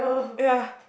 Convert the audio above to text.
ya